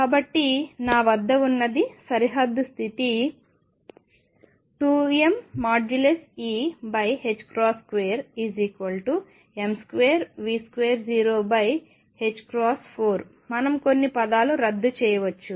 కాబట్టి నా వద్ద ఉన్నది సరిహద్దు స్థితి 2mE2m2V024 మనం కొన్ని పదాలు రద్దు చేయవచ్చు